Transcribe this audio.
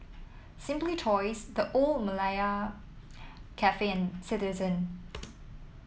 Simply Toys The Old Malaya Cafe and Citizen